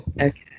Okay